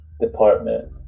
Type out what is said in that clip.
department